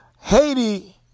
Haiti